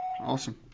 Awesome